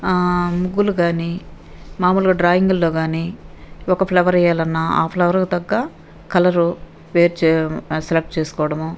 ముగ్గులు కానీ మాములుగా డ్రాయింగులలో కానీ ఒక ఫ్లవర్ వేయాలన్న ఆ ఫ్లవరుకు తగ్గ కలరు వేరు చే సెలెక్ట్ చేసుకోవడము